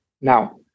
now